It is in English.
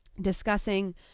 discussing